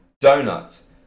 donuts